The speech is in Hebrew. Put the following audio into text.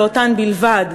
ואותן בלבד,